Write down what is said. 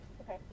Okay